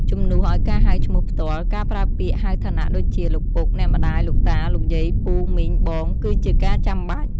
ជំនួសឲ្យការហៅឈ្មោះផ្ទាល់ ការប្រើពាក្យហៅឋានៈដូចជា លោកពុក អ្នកម្ដាយ លោកតា លោកយាយ ពូ មីង បង គឺជាការចាំបាច់។